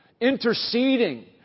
interceding